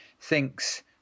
thinks